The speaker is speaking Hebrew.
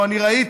או אני ראיתי,